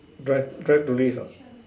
drive drive tourist ah